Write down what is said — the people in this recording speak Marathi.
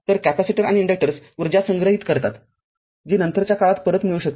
तर कॅपेसिटर आणि इंडक्टर्स ऊर्जा संग्रहित करतात जी नंतरच्या काळात परत मिळू शकते